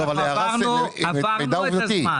אנחנו עברנו את הזמן.